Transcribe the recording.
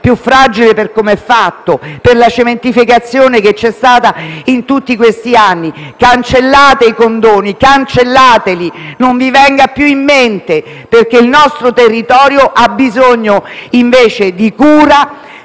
più fragile, per come è fatto e per la cementificazione posta in essere in tutti gli ultimi anni. Cancellate i condoni, cancellateli. Non vi vengano più in mente, perché il nostro territorio ha bisogno invece di cura,